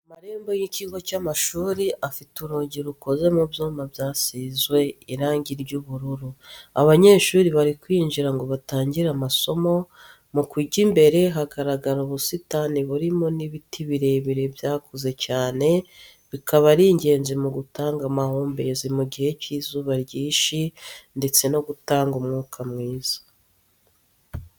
Amarembo y'ikigo cy'amashuri afite urugi rukoze mu byuma byasizwe irangi ry'ubururu, abanyeshuri bari kwinjira ngo batangire amasomo, mu kigo imbere hagaragara ubusitani burimo n'ibiti birebire byakuze cyane, bikaba ari ingenzi mu gutanga amahumbezi mu gihe cy'izuba ryinshi ndetse no gutanga umwuka mwiza.